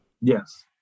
Yes